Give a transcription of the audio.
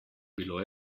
bilo